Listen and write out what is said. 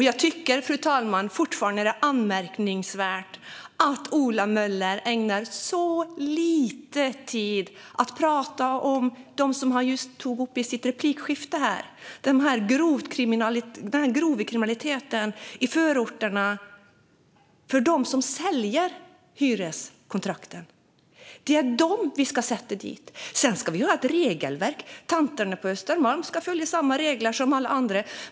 Jag tycker, fru talman, fortfarande att det är anmärkningsvärt att Ola Möller ägnar så lite tid åt att tala om det som han just tog upp i sitt replikskifte, nämligen den grova kriminaliteten i förorterna. Det är de som säljer hyreskontrakten som vi ska sätta dit. Sedan ska vi ha ett regelverk, och tanterna på Östermalm ska följa samma regler som alla andra.